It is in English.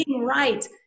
right